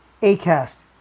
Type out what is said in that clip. Acast